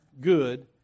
good